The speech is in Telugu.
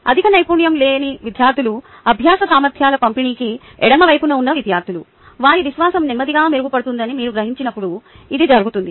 అధిక నైపుణ్యం లేని విద్యార్థులు అభ్యాస సామర్ధ్యాల పంపిణీకి ఎడమ వైపున ఉన్న విద్యార్థులు వారి విశ్వాసం నెమ్మదిగా మెరుగుపడుతుందని మీరు గ్రహించినప్పుడు ఇది జరుగుతుంది